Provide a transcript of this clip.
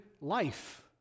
life